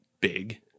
big